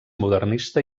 modernista